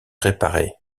réparée